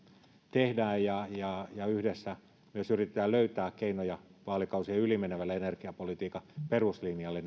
tehdään ja ja yhdessä myös yritetään löytää keinoja vaalikausien yli menevälle energiapolitiikan peruslinjalle